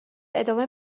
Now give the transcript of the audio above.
ادامه